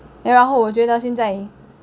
then 然后我觉得现在